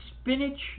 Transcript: spinach